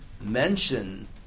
mention